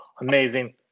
amazing